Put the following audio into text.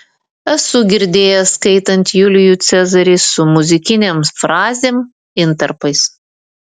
esu girdėjęs skaitant julijų cezarį su muzikinėm frazėm intarpais